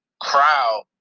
crowd